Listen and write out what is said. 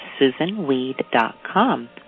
SusanWeed.com